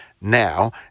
now